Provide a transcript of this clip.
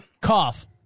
Cough